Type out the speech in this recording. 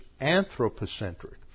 anthropocentric